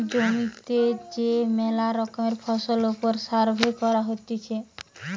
জমিতে যে মেলা রকমের ফসলের ওপর সার্ভে করা হতিছে